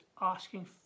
asking